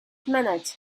minute